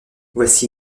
voici